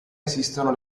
esistono